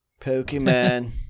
Pokemon